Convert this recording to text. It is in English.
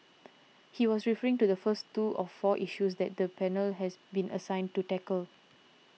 he was referring to the first two of four issues that the panel has been assigned to tackle